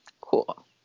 Cool